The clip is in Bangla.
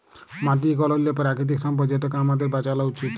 মাটি ইক অলল্য পেরাকিতিক সম্পদ যেটকে আমাদের বাঁচালো উচিত